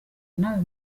nawe